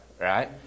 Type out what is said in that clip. right